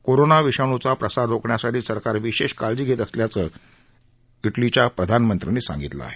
corona विषाणूचा प्रसार रोखण्यासाठी सरकार विशेष काळजी घेत असल्यांच इटालीच्या प्रधानमंत्र्यांनी सांगितलं आहे